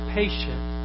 patient